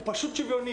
הוא פשוט שוויוני.